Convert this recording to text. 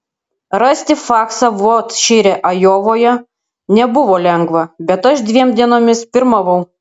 rasti faksą vot čire ajovoje nebuvo lengva bet aš dviem dienomis pirmavau